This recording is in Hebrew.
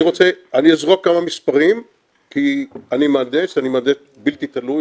אני אזרוק כמה מספרים כי אני מהנדס בלתי תלוי,